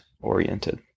oriented